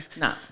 No